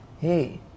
Hey